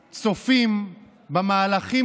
אני חושב שיישר כוח שיש מישהו שפוי בכל הספינה הקואליציונית.